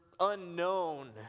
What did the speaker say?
unknown